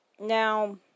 Now